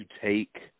take